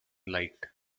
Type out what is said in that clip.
liked